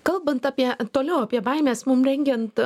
kalbant apie toliau apie baimes mum rengiant